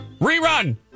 Rerun